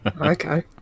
Okay